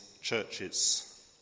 churches